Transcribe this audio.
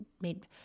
made